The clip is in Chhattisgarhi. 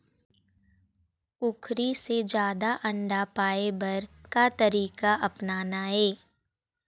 कुकरी से जादा अंडा पाय बर का तरीका अपनाना ये?